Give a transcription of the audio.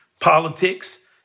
politics